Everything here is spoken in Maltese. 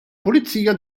pulizija